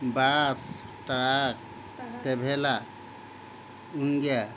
bus truck traveller winger